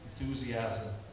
enthusiasm